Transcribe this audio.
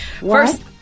First